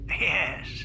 Yes